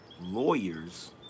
lawyers